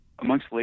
Amongst